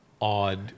odd